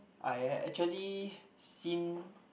I had actually seen